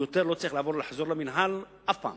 והוא לא צריך לחזור יותר למינהל אף פעם.